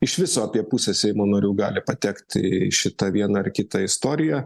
iš viso apie pusę seimo narių gali patekt į šitą vieną ar kitą istoriją